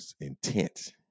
intent